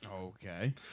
Okay